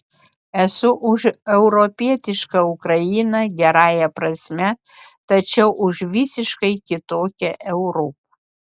esu už europietišką ukrainą gerąja prasme tačiau už visiškai kitokią europą